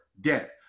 death